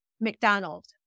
McDonald's